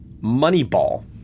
Moneyball